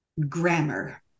grammar